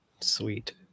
Sweet